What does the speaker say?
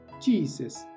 Jesus